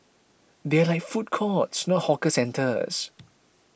they are run like food courts not hawker centres